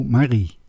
Marie